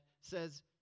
says